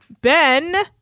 Ben